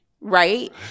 right